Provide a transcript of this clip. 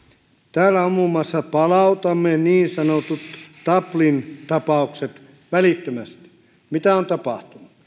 täällä on muun muassa palautamme niin sanotut dublin tapaukset välittömästi mitä on tapahtunut